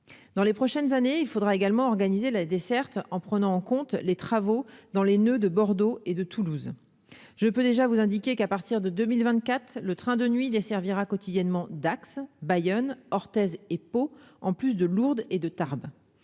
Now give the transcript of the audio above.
dans les prochaines années, il faudra également organiser la desserte en prenant en compte les travaux dans les noeuds de Bordeaux et de Toulouse, je peux déjà vous indiquer qu'à partir de 2000 vingt-quatre le train de nuit desservira quotidiennement Dax, Bayonne, Orthez et Pau, en plus de Lourdes et de Tarbes,